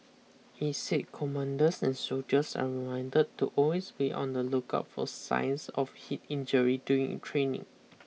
he said commanders and soldiers are reminded to always be on the lookout for signs of heat injury during training